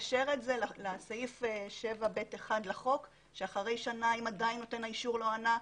לקשר אותו לסעיף 7ב(1) לחוק שאחרי שנה אם עדיין נותן האישור לא ענה,